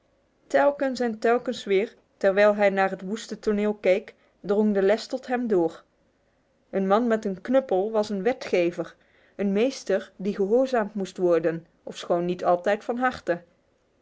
telkens en telkens weer terwijl hij naar het woeste toneel keek drong de les tot hem door een man met een knuppel was een wetgever een meester die gehoorzaamd moest worden ofschoon niet altijd van harte